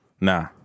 nah